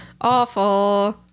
Awful